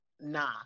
Nah